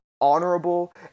honorable